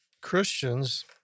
Christians